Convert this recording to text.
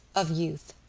of youth,